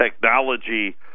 technology